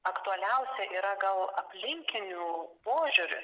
aktualiausia yra gal aplinkinių požiūris